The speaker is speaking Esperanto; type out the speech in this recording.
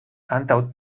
antaŭ